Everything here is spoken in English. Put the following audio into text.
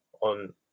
on